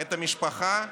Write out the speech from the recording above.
את המשפחה,